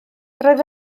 roedd